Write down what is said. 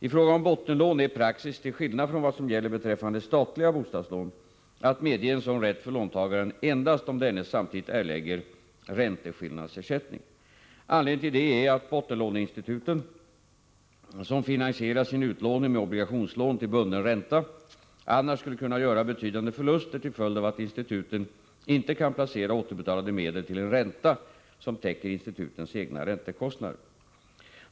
I fråga om bottenlån är praxis — till skillnad från vad som gäller beträffande statliga bostadslån — att medge en sådan rätt för låntagaren endast om denne samtidigt erlägger ränteskillnadsersättning. Anledningen till detta är att bottenlåneinstituten, som finansierar sin utlåning med obligationslån till bunden ränta, annars skulle kunna göra betydande förluster till följd av att instituten inte kan placera återbetalade medel till en ränta som täcker institutens egna räntekostnader.